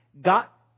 Got